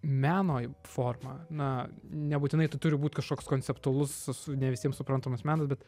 meno forma na nebūtinai tu turi būti kažkoks konceptualus su ne visiem suprantamas menas bet